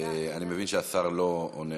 אני יודעת.